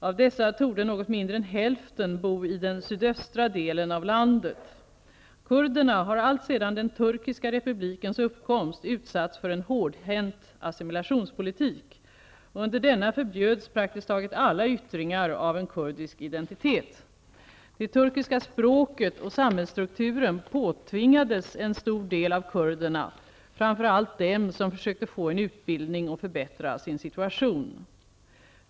Av dessa torde något mindre än hälften bo i den sydöstra delen av landet. Kurderna har alltsedan den turkiska republikens uppkomst utsatts för en hårdhänt assimilationspolitik. Under denna förbjöds praktiskt taget alla yttringar av en kurdisk identitet. Det turkiska språket och samhällsstrukturen påtvingades en stor del av kurderna, framför allt dem som försökte få en utbildning och förbättra sin situation.